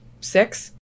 six